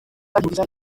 ryihutisha